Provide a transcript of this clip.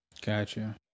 Gotcha